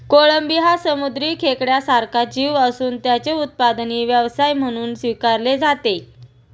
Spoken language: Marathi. कोळंबी हा समुद्री खेकड्यासारखा जीव असून त्याचे उत्पादनही व्यवसाय म्हणून स्वीकारले जाते